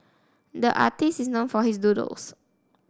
the artist is known for his doodles